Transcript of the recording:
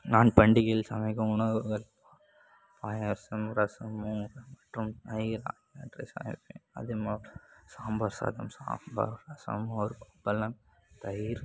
நான் பண்டிகையில் சமைக்கும் உணவுகள் பாயசம் ரசம் மற்றும் தயிர் அதே மாதிரி சாம்பார் சாதம் சாம்பார் ரசம் மோர் அப்பளம் தயிர்